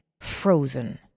frozen